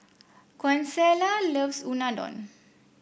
Consuelo loves Unadon